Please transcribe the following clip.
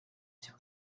c’est